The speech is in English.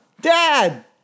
dad